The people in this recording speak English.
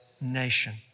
nation